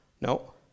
No